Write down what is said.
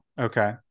Okay